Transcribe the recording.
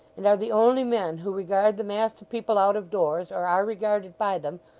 and are the only men who regard the mass of people out of doors, or are regarded by them,